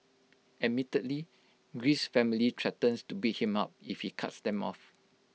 admittedly Greece's family threatens to beat him up if he cuts them off